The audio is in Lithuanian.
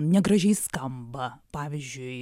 negražiai skamba pavyzdžiui